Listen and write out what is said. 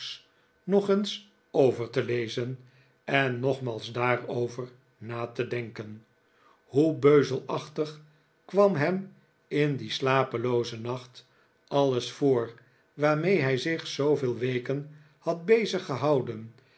nog eens over te lezen en nogmaals daarover na te denken hoe beuzelachtig kwam hem in dien slapeloozen nacht alles voor waarmee hij zich zooveel weken had